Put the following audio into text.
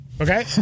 Okay